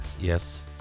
Yes